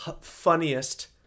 funniest